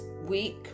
week